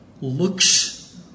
looks